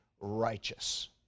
righteous